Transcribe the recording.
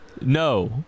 no